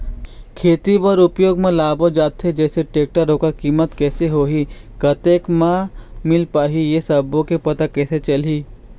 खेती बर उपयोग मा लाबो जाथे जैसे टेक्टर ओकर कीमत कैसे होही कतेक बचत मा मिल पाही ये सब्बो के पता कैसे चलही?